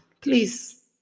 please